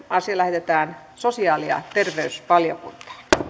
asia lähetetään sosiaali ja terveysvaliokuntaan